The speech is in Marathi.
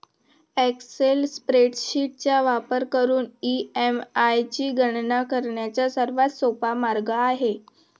एक्सेल स्प्रेडशीट चा वापर करून ई.एम.आय ची गणना करण्याचा सर्वात सोपा मार्ग आहे